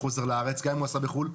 חוזר לארץ גם אם הוא עשה את זה בחו"ל.